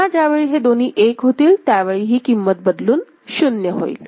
पुन्हा ज्यावेळी हे दोन्ही 1 होतील त्यावेळी ही किंमत बदलून 0 होईल